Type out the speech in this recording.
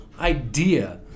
idea